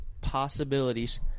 Possibilities